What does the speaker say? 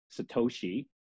Satoshi